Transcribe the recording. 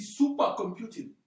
supercomputing